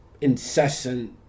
incessant